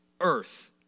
earth